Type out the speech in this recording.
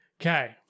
okay